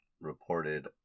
reported